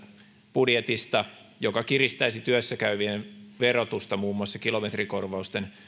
budjetista joka kiristäisi työssä käyvien verotusta muun muassa kilometrikorvausten